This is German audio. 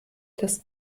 das